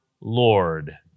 Lord